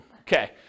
okay